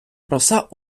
роса